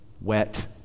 wet